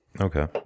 okay